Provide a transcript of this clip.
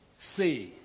Say